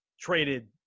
traded